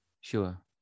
Sure